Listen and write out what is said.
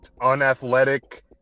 unathletic